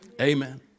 Amen